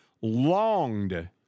longed